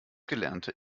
gelernte